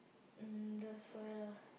mm that's why lah